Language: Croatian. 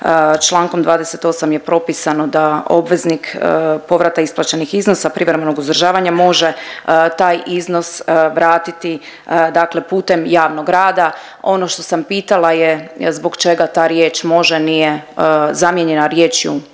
čl. 28. je propisano da obveznik povrata isplaćenih iznosa privremenog uzdržavanja može taj iznos vratiti putem javnog rada. Ono što sam pitala zbog čega ta riječ može nije zamijenjena riječju